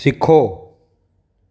सिखो